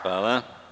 Hvala.